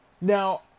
Now